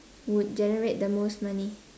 would generate the most money